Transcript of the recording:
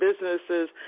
businesses